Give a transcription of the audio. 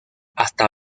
hasta